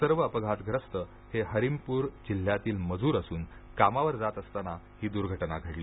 सर्व अपघातग्रस्त हे हमिरपूर जिल्ह्यातील मजूर असून कामावर जात असतांना ही दुर्घटना घडली